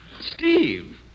Steve